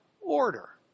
order